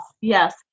yes